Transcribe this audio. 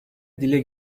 dile